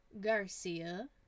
garcia